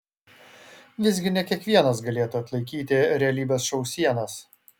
visgi ne kiekvienas galėtų atlaikyti realybės šou sienas